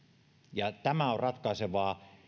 tämä on ratkaisevaa